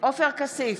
עופר כסיף,